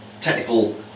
technical